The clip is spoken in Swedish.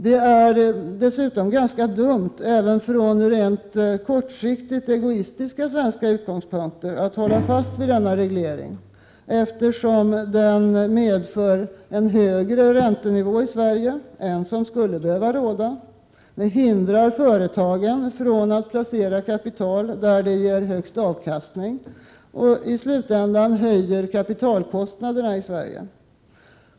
Det är dessutom ganska dumt även från kortsiktigt egoistiska svenska utgångspunkter att hålla fast vid valutaregleringen, eftersom den medför högre räntenivå i Sverige än som skulle behöva råda, hindrar företagen från att placera kapital där det ger högst avkastning och i slutändan höjer kapitalkostnaderna i Sverige.